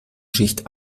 schicht